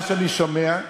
מה שאני שומע,